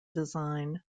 design